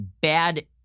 bad